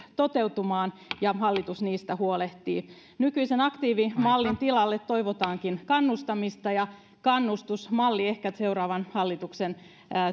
toteutumaan ja hallitus niistä huolehtii nykyisen aktiivimallin tilalle toivotaankin kannustamista ja kannustusmalli ehkä tulee seuraavan hallituksen